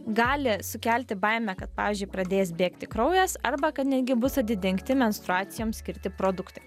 gali sukelti baimę kad pavyzdžiui pradės bėgti kraujas arba kad netgi bus atidengti menstruacijoms skirti produktai